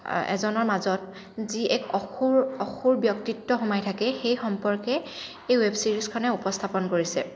এজনৰ মাজত যি এক অসুৰ অসুৰ ব্যক্তিত্ব সোমাই থাকে সেই সম্পৰ্কে এই ৱেব ছিৰিজখনে উপস্থাপন কৰিছে